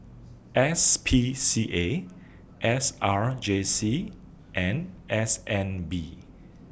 S P C A S R J C and S N B